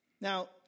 Now